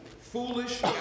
Foolish